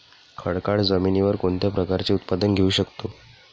खडकाळ जमिनीवर कोणत्या प्रकारचे उत्पादन घेऊ शकतो?